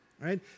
right